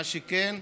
מה שכן,